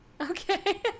Okay